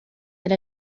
that